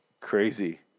crazy